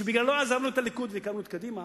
שבגללו עזבנו את הליכוד והקמנו את קדימה,